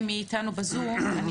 אני